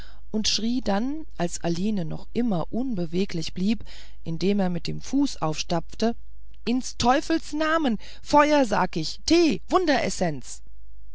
und schrie dann als aline noch immer unbeweglich blieb indem er mit dem fuße stampfte ins teufels namen feuer sag ich tee